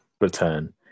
Return